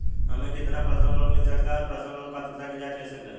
हमें कितना personal loan मिल सकता है और पर्सनल लोन पात्रता की जांच कैसे करें?